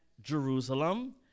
Jerusalem